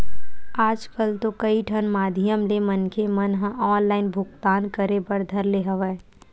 आजकल तो कई ठन माधियम ले मनखे मन ह ऑनलाइन भुगतान करे बर धर ले हवय